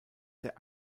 der